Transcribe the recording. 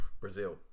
Brazil